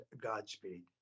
Godspeed